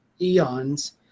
eons